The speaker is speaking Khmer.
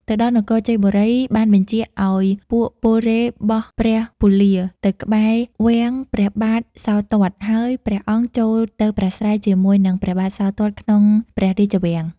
ទៅដល់នគរជ័យបូរី បានបញ្ជាឲ្យពួកពលរេហ៍ បោះព្រះពន្លានៅក្បែររាំងព្រះបាទសោទត្ត ហើយព្រះអង្គចូលទៅប្រាស្រ័យជាមួយនឹងព្រះបាទសោទត្ត ក្នុងព្រះរាជវាំង ។